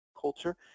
culture